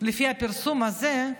לפי הפרסום הזה,